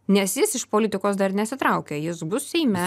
nes jis iš politikos dar nesitraukia jis bus seime